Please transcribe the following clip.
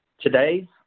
Today